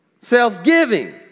Self-giving